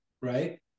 right